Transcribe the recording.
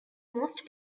most